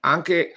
Anche